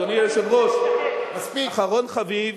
אדוני היושב-ראש, אחרון חביב,